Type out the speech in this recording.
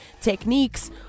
techniques